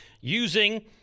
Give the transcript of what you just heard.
using